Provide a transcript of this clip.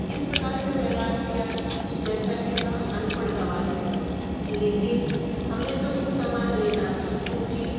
इस प्रकार से व्यवहार किया जैसा कि हम अनपढ़ गवार हैं लेकिन हमें तो वह समान लेना था क्योंकि